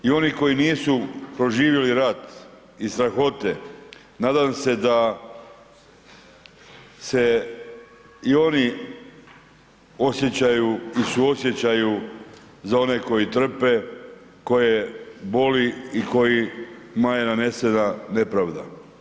I oni koji nisu proživjeli rat i strahote nadam se da se i oni osjećaju i suosjećaju za one koji trpe, koje boli i kojima je nanesena nepravda.